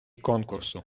конкурсу